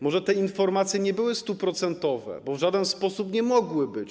Może te informacje nie były 100-procentowe, bo w żaden sposób nie mogły być.